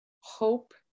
hope